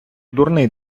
дурний